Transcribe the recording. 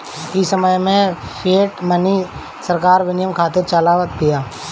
इ समय में फ़िएट मनी सरकार विनिमय खातिर चलावत बिया